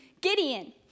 Gideon